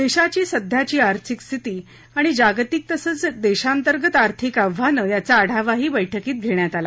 देशाची सध्याची आर्थिक स्थिती आणि जागतिक तसंच देशातर्गत आर्थिक आव्हानं याचा आढावाही बैठकीत घेण्यात आला